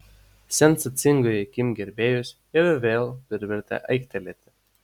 sensacingoji kim gerbėjus ir vėl privertė aiktelėti